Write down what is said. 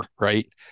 right